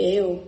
eu